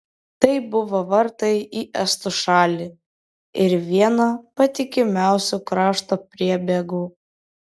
tai buvo vartai į estų šalį ir viena patikimiausių krašto priebėgų